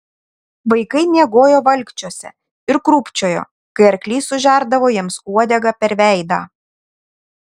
vaikai miegojo valkčiuose ir krūpčiojo kai arklys sužerdavo jiems uodega per veidą